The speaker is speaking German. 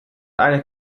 eine